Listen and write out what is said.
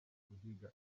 guhiga